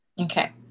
okay